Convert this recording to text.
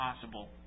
possible